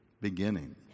beginning